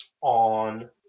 on